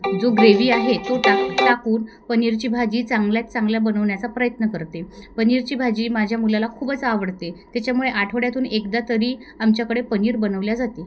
जो ग्रेव्ही आहे तो टाक टाकून पनीरची भाजी चांगल्यात चांगल्या बनवण्याचा प्रयत्न करते पनीरची भाजी माझ्या मुलाला खूपच आवडते त्याच्यामुळे आठवड्यातून एकदा तरी आमच्याकडे पनीर बनवले जाते